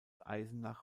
eisenach